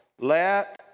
Let